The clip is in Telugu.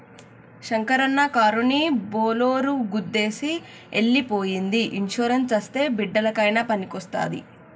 శంకరన్న కారుని బోలోరో గుద్దేసి ఎల్లి పోయ్యింది ఇన్సూరెన్స్ అస్తే బిడ్డలకయినా పనికొస్తాది